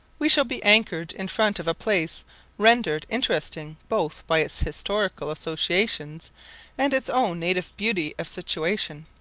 we shall be anchored in front of a place rendered interesting both by its historical associations and its own native beauty of situation.